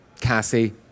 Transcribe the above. Cassie